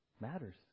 matters